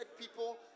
people